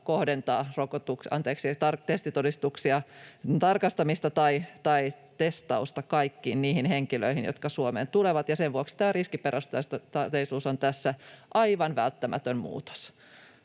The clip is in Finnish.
kohdentaa testitodistusten tarkastamista tai testausta kaikkiin niihin henkilöihin, jotka Suomeen tulevat, ja sen vuoksi tämä riskiperusteisuus on tässä aivan välttämätön muutos